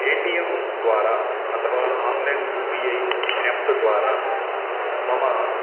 एटिएम्द्वारा अथवा online U P I नेफ्ट्द्वारा मम